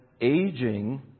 aging